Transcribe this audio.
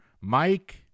Mike